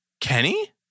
Kenny